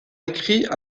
écrit